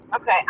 Okay